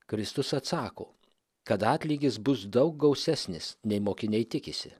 kristus atsako kad atlygis bus daug gausesnis nei mokiniai tikisi